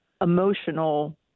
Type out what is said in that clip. emotional